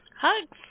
Hugs